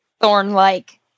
thorn-like